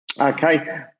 Okay